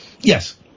Yes